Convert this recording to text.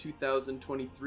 2023